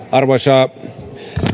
arvoisa